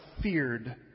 feared